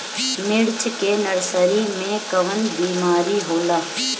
मिर्च के नर्सरी मे कवन बीमारी होला?